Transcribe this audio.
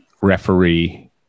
referee